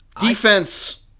Defense